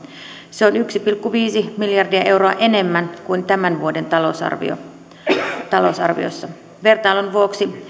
se on yksi pilkku viisi miljardia euroa enemmän kuin tämän vuoden talousarviossa vertailun vuoksi